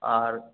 আর